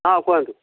ହଁ କୁହନ୍ତୁ